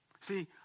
See